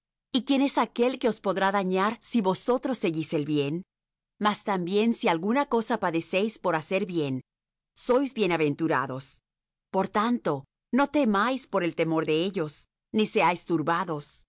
y quién es aquel que os podrá dañar si vosotros seguís el bien mas también si alguna cosa padecéis por hacer bien sois bienaventurados por tanto no temáis por el temor de ellos ni seáis turbados